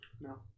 No